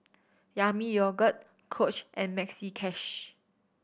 Yami Yogurt Coach and Maxi Cash